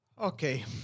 Okay